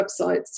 websites